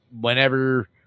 whenever